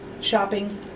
shopping